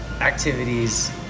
activities